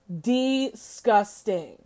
disgusting